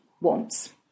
wants